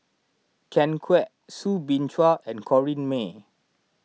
Ken Kwek Soo Bin Chua and Corrinne May